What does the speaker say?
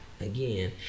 Again